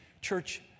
church